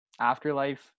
afterlife